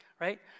Right